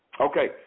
Okay